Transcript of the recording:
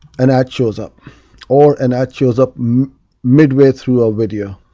an ad shows up or an ad shows up midway through a video,